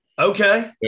Okay